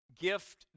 gift